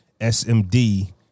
SMD